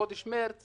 חודש מרץ